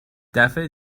دفعه